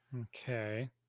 okay